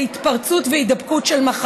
להתפרצות של מחלות והידבקות בהן.